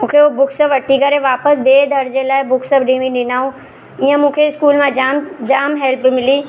मूंखे हू बुक्स वठी करे वापसि ॿिए दर्जे लाइ बुक्स बि ॾिनऊं ईअं मूंखे स्कूल मां जाम जाम हेल्प मिली